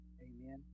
amen